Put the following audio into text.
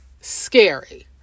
scary